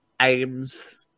aims